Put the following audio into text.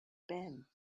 been